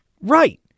Right